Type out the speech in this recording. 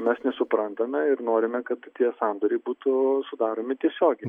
mes nesuprantame ir norime kad tie sandoriai būtų sudaromi tiesiogiai